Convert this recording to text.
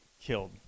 killed